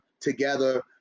together